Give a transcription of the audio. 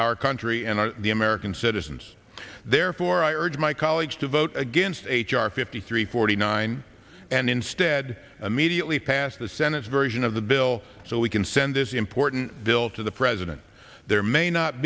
our country and the american citizens therefore i urge my colleagues to vote against h r fifty three forty nine and instead of immediately pass the senate's version of the bill so we can send this important bill to the president there may not